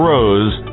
Rose